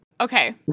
Okay